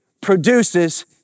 produces